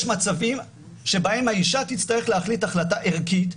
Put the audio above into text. יש מצבים שבהם האישה תצטרך להחליט החלטה ערכית,